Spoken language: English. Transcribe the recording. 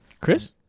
Chris